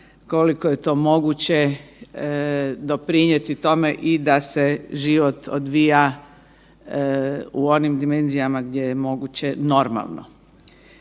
koliko je to moguće doprinijeti tome i da se život odvija u onim dimenzijama gdje je moguće normalno.